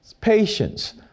patience